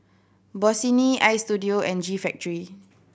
Bossini Istudio and G Factory